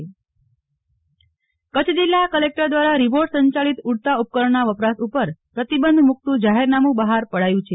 નેહલ ઠક્કર ઉડતા ઉપકરણ કચ્છ જિલ્લા કલેકટર દ્વારા રીમોટ સંચાલિત ઉડતા ઉપકરણના વપરાશ ઉપર પ્રતિબંધ મૂકતું જાહેરનામું બહાર પડાયું છે